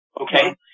Okay